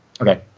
Okay